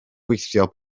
gweithio